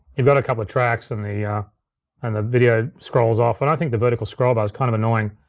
you've got a couple of tracks, and the ah and the video scrolls off. and i think the vertical scroll bar's kind of annoying.